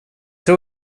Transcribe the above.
tror